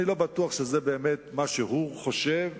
אני לא בטוח שזה באמת מה שהוא חושב,